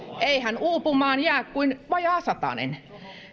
eihän uupumaan jää kuin vajaa satanen